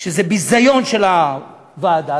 שזה ביזיון של הוועדה,